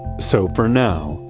so for now,